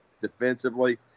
defensively